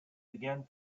again